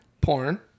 porn